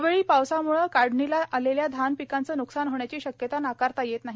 अवेळी पावसामुळे काढणीला आलेल्या धान पिकांचे नुकसान होण्याची शक्यता नाकारता येत नाही